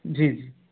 जी